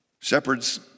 Shepherds